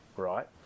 right